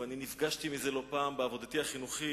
ונפגשתי בזה לא פעם בעבודתי החינוכית,